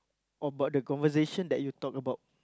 about the conversation that you talk about